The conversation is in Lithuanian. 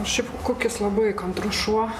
šiaip kukis labai kantrus šuo